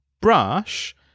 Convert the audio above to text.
brush